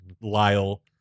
Lyle